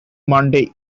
monday